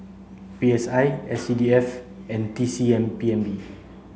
P S I S C D F and T C M P N B